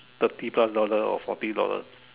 thirty plus dollars or forty dollars